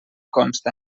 consta